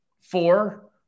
Four